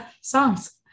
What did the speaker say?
songs